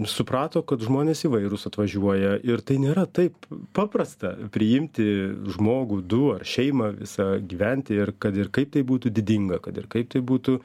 suprato kad žmonės įvairūs atvažiuoja ir tai nėra taip paprasta priimti žmogų du ar šeimą visą gyventi ir kad ir kaip tai būtų didinga kad ir kaip tai būtų